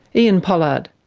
ean pollard.